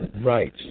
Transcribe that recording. Right